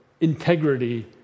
integrity